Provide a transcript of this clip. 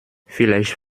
vielleicht